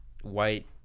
white